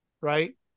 right